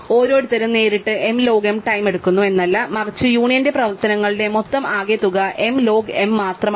ഓരോരുത്തരും നേരിട്ട് m log m time എടുക്കുന്നു എന്നല്ല മറിച്ച് യൂണിയൻ പ്രവർത്തനങ്ങളുടെ മൊത്തം ആകെത്തുക എം ലോഗ് m മാത്രമാണ്